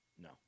No